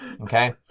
Okay